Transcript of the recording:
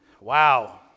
Wow